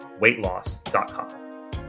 weightloss.com